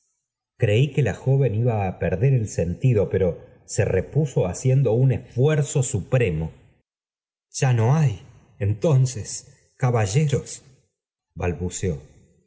creí que la joven iba á perder el sentido pero se repuso haciendo un esfuerzo supremo ya no hay entonces caballeros balbució